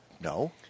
No